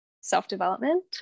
self-development